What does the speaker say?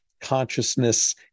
consciousness